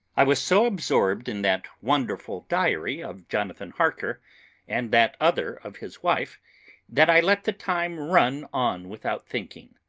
i was so absorbed in that wonderful diary of jonathan harker and that other of his wife that i let the time run on without thinking.